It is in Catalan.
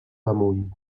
damunt